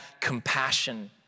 compassion